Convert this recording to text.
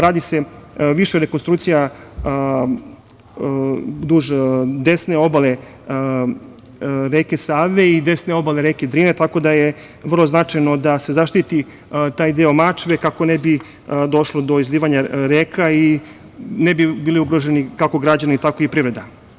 Radi se više rekonstrukcija duž desne obale reke Save i desne obale reke Drine, tako da je vrlo značajno da se zaštiti taj deo Mačve, kako ne bi došlo do izlivanja reka i ne bi bili ugroženi, kako građani, tako i privreda.